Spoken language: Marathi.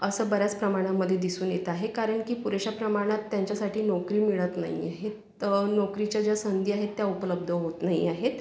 असं बऱ्याच प्रमाणामध्ये दिसून येत आहे कारण की पुरेशा प्रमाणात त्यांच्यासाठी नोकरी मिळत नाही आहे तर नोकरीच्या ज्या संधी आहेत त्या उपलब्ध होत नाही आहेत